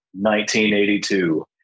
1982